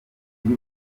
biri